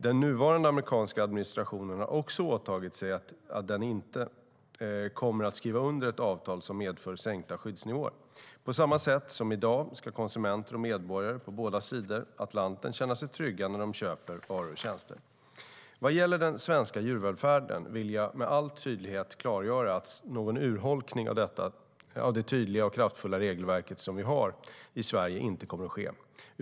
Den nuvarande amerikanska administrationen har också åtagit sig att inte skriva under ett avtal som medför sänkta skyddsnivåer. På samma sätt som i dag ska konsumenter och medborgare på båda sidor Atlanten känna sig trygga när de köper varor och tjänster. Vad gäller den svenska djurvälfärden vill jag med all tydlighet klargöra att någon urholkning av det tydliga och kraftfulla regelverk vi har i Sverige inte kommer att ske.